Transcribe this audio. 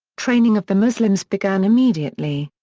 training of the moslems began immediately.